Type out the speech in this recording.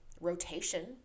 rotation